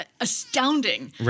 astounding